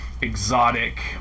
exotic